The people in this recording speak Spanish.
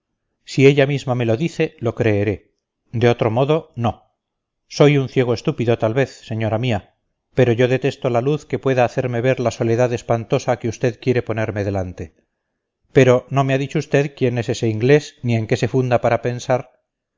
si ella misma me lo dice lo creeré de otro modo no soy un ciego estúpido tal vez señora mía pero yo detesto la luz que pueda hacerme ver la soledad espantosa que usted quiere ponerme delante pero no me ha dicho usted quién es ese inglés ni en qué se funda para pensar